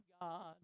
God